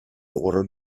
order